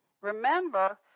remember